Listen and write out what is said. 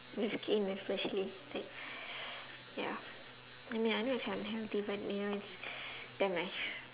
the skin especially like ya like I mean I know it's unhealthy but you know it's damn nice